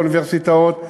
לאוניברסיטאות,